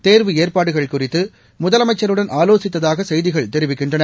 தோ்வு ஏற்பாடுகள் குறித்து முதலமைச்சருடன் ஆலோசித்ததாகசெய்திகள் தெரிவிக்கின்றன